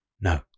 No